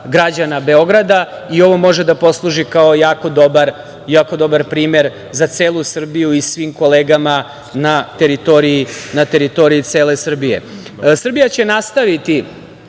I ovo može da posluži kao jako dobar primer za celu Srbiju i svim kolegama na teritoriji cele Srbije. Srbija